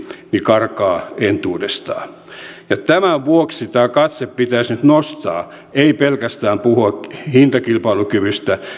karkaa entuudestaan tämän vuoksi tämä katse pitäisi nyt nostaa ei pelkästään puhua hintakilpailukyvystä